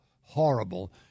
horrible